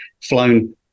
flown